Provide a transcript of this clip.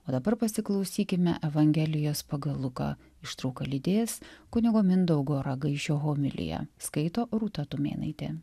o dabar pasiklausykime evangelijos pagal luką ištrauką lydės kunigo mindaugo ragaišio homilija skaito rūta tumėnaitė